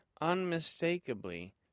unmistakably